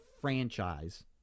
franchise